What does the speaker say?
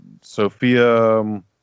Sophia